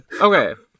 Okay